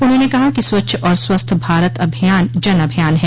उन्होंने कहा कि स्वच्छ और स्वस्थ भारत अभियान जन अभियान है